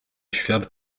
świat